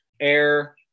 air